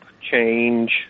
change